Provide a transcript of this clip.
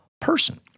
person